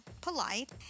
polite